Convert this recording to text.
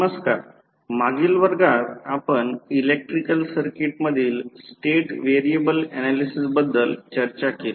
नमस्कार मागील वर्गात आपण इलेक्ट्रिकल सर्किट मधील स्टेट व्हेरिएबल ऍनालिसिस बद्दल चर्चा केली